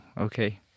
Okay